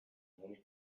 monika